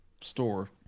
store